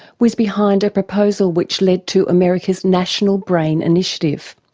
was behind a proposal which led to america's national brain initiative.